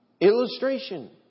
Illustration